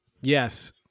Yes